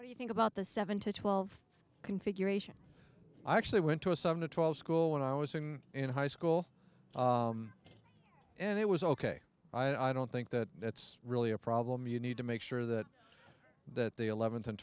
what do you think about the seven to twelve configuration i actually went to a seven to twelve school when i was in in high school and it was ok i don't think that that's really a problem you need to make sure that that the eleventh and